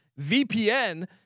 VPN